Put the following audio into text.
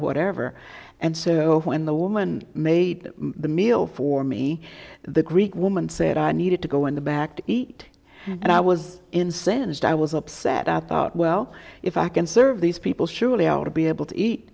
whatever and so when the woman made the meal for me the greek woman said i needed to go in the back to eat and i was incensed i was upset i thought well if i can serve these people surely out to be able to eat